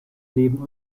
leben